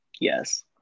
Yes